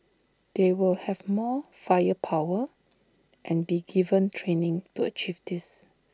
they will have more firepower and be given training to achieve this